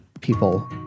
people